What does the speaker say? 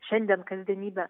šiandien kasdienybę